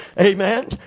Amen